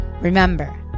Remember